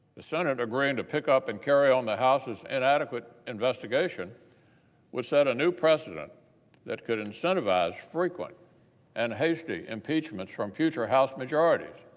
the senate agreeing to pick up and carry on the house is an adequate investigation would set a new precedent that could incentivize frequent and hazy impeachments from future house majorities.